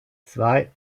zwei